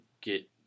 get